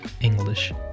English